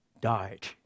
died